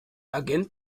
agent